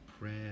prayer